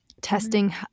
Testing